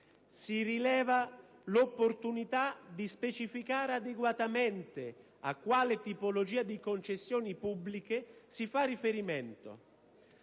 si rileva l'opportunità di specificare adeguatamente a quale tipologia di concessioni pubbliche si fa riferimento,